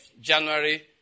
January